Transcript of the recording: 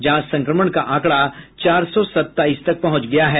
जहां संक्रमण का आंकड़ा चार सौ सत्ताईस तक पहुंच गया है